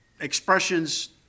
expressions